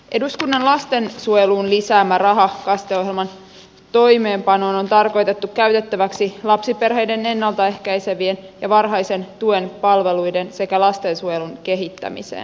eduskunnan lastensuojeluun lisäämä raha kaste ohjelman toimeenpanoon on tarkoitettu käytettäväksi lapsiperheiden ennalta ehkäisevien ja varhaisen tuen palveluiden sekä lastensuojelun kehittämiseen